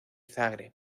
zagreb